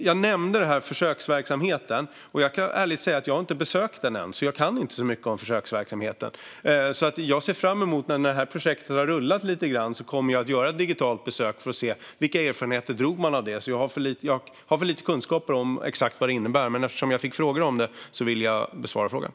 Jag nämnde försöksverksamheten, och jag kan ärligt säga att jag inte har besökt den än, så jag vet inte så mycket om den. När det här projektet har rullat lite grann ser jag fram emot att göra ett digitalt besök för att se vilka erfarenheter man dragit av det. Jag har för lite kunskaper om exakt vad detta innebär, men eftersom jag fick frågor om det ville jag besvara dem.